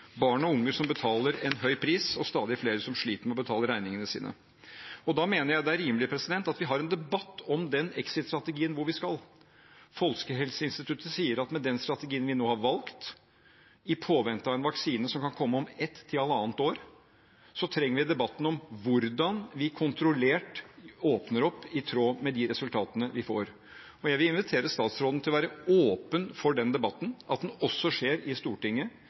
barn og unge som betaler en høy pris, og stadig flere som sliter med å betale regningene sine. Da mener jeg det er rimelig at vi har en debatt om den exit-strategien, og hvor vi skal. Folkehelseinstituttet sier at med den strategien vi nå har valgt, i påvente av en vaksine som kan komme om ett til halvannet år, trenger vi debatten om hvordan vi kontrollert åpner opp i tråd med de resultatene vi får. Jeg vil invitere statsråden til å være åpen for den debatten – at den også skjer i Stortinget,